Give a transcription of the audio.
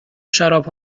شراب